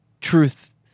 truth